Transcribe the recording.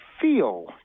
feel